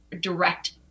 direct